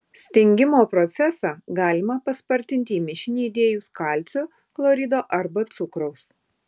stingimo procesą galima paspartinti į mišinį įdėjus kalcio chlorido arba cukraus